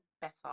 better